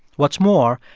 what's more,